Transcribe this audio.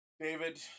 David